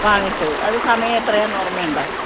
വാങ്ങിച്ചത് അത് സമയെത്രായെന്ന് ഓർമ്മയുണ്ടോ